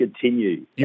continue